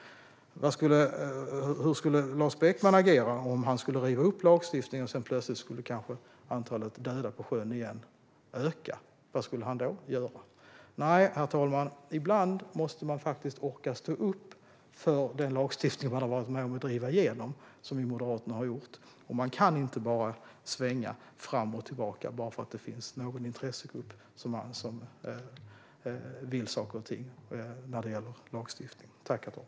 Hur skulle Lars Beckman agera om han rev upp lagstiftningen och sedan skulle plötsligt antalet döda på sjön öka igen? Vad skulle han då göra? Nej, herr talman, ibland måste man faktiskt orka stå upp för den lagstiftning man har varit med om att driva igenom, som Moderaterna har gjort. Man kan inte bara svänga fram och tillbaka, bara för att det finns någon intressegrupp som vill saker och ting när det gäller lagstiftningen.